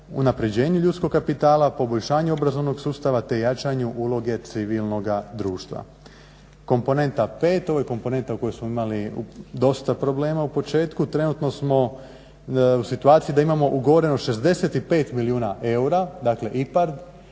unapređenju ljudskog kapitala, poboljšanje obrazovnog sustava te jačanju uloge civilnog društva. Komponenta 5, ovo je komponenta u kojoj smo imali dosta problema u početku. Trenutno smo u situaciji da imamo ugovoreno 65 milijuna eura dakle IPARD